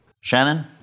Shannon